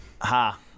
Ha